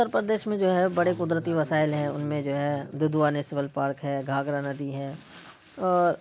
اتر پردیش میں جو ہے بڑے قدرتی وسائل ہیں ان میں جو ہے دودھوا نیشنل پارک ہے گھاگرا ندی ہے اور